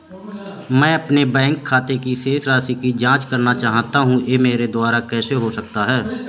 मैं अपने बैंक खाते की शेष राशि की जाँच करना चाहता हूँ यह मेरे द्वारा कैसे हो सकता है?